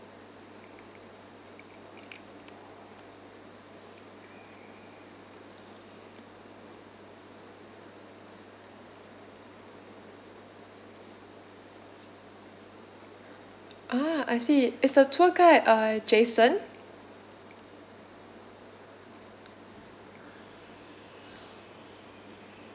ah I see is the tour guide uh jason